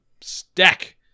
stack